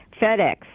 FedEx